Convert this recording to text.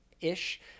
ish